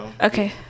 Okay